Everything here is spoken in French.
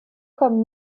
comme